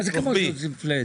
מה זה כמו שעושים פלט?